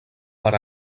per